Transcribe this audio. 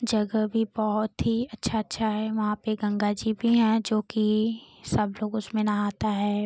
जगह भी बहुत ही अच्छा अच्छा है वहाँ पर गंगा जी भी हैं जो कि सब लोग उसमें नहाता है